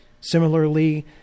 Similarly